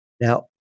Now